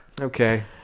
Okay